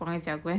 macam apa eh